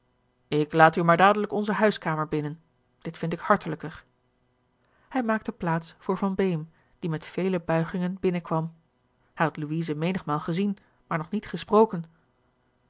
ik laat u maar dadelijk onze huiskamer binnen dit vind ik hartelijker hij maakte plaats voor van beem die met vele buigingen binnen kwam hij had louise menigmaal gezien maar nog niet gesproken